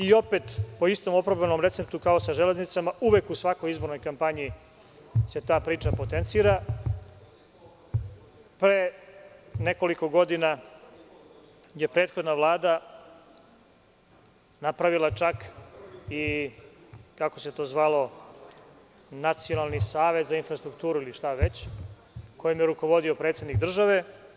I opet, po istom oprobanom receptu kao sa „Železnicama“ uvek u svakoj izbornoj kampanji se ta priča potencira, pa je nekoliko godina prethodna Vlada napravila čak i, kako se to zvalo, nacionalni savet za infrastrukturu, ili šta već, kojim je rukovodio predsednik države.